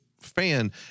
fan